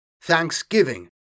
thanksgiving